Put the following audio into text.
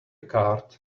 card